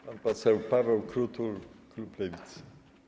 Pan poseł Paweł Krutul, klub Lewicy.